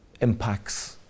impacts